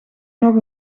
nog